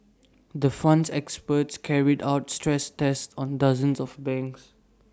the Fund's experts carried out stress tests on dozens of banks